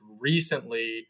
recently